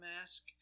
mask